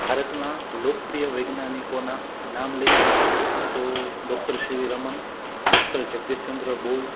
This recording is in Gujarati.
ભારતના લોકપ્રિય વૈજ્ઞાનિકોના નામ લઈએ તો doctor C V Raman doctor Jagadish Chandra Bose